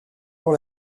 pour